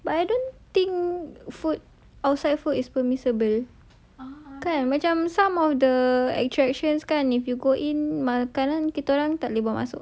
but I don't think food outside food is permissible kan macam some of the attractions can if you go in tak boleh bawa masuk